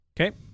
Okay